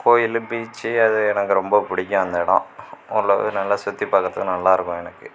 கோவில் பீச் அது எனக்கு ரொம்ப பிடிக்கும் அந்த இடம் ஓரளவு நல்லா சுற்றி பாக்கிறதுக்கு நல்லா இருக்கும் எனக்கு